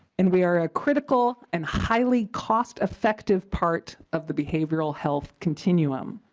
and we are a critical and highly cost-effective part of the behavioral health continuum.